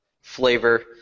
flavor